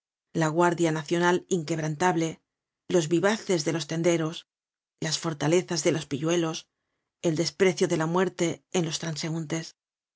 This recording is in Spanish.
la guardia nacional inquebrantable los vivacs de los tenderos las fortalezas de los pilludos el desprecio de la muerte en los transeuntes